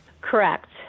Correct